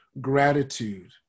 gratitude